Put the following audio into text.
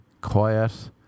Quiet